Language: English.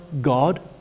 God